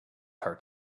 heart